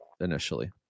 initially